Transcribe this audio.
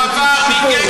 אנחנו רוצים שקיפות.